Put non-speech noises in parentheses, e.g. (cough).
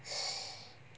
(noise)